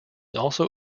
also